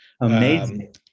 Amazing